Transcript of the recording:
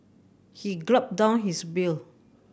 he gulped down his beer